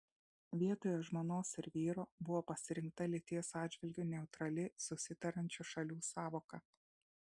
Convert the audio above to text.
vietoje žmonos ir vyro buvo pasirinkta lyties atžvilgiu neutrali susitariančių šalių sąvoka